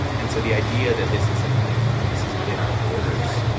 and so the idea that this is kind of you know this is within our borders,